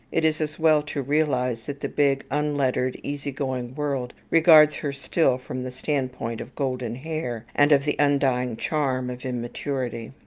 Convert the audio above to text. it is as well to realize that the big, unlettered, easy-going world regards her still from the standpoint of golden hair, and of the undying charm of immaturity.